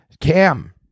Cam